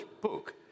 book